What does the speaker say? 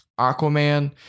Aquaman